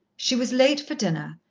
she was late for dinner,